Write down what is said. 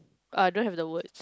uh don't have the word